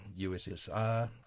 USSR